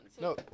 No